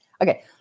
Okay